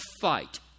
fight